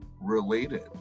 related